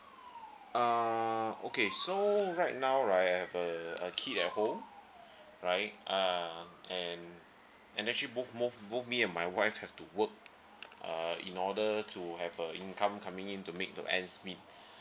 err okay so right now right I have a a kid at home right err and and actually both mo~ both me and my wife have to work uh in order to have a income coming in to make to ends meet